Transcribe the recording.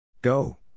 Go